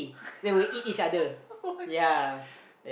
why